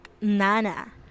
Nana